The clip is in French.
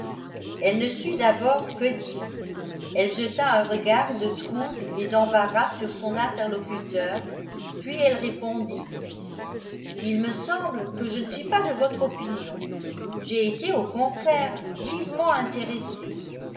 elle ne sut d'abord que dire elle jeta un regard de trouble et d'embarras sur son interlocuteur puis elle répondit il me semble que je ne suis pas de votre opinion j'ai été au contraire vivement intéressée